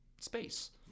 space